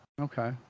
Okay